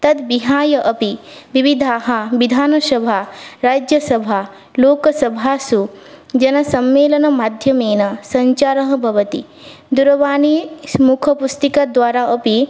तत् विहाय अपि विविधाः विधानसभाराज्यसभालोकसभासु जनसम्मेलनमाध्यमेन सञ्चारः भवति दूरवाणी मुखपुस्तिकाद्वारा अपि